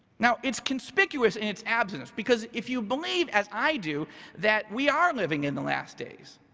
now, it's conspicuous and it's abstinence because if you believe, as i do that we are living in the last days.